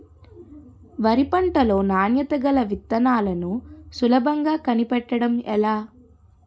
వరి పంట లో నాణ్యత గల విత్తనాలను సులభంగా కనిపెట్టడం ఎలా?